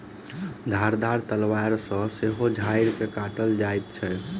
धारदार तलवार सॅ सेहो झाइड़ के काटल जाइत छै